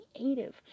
creative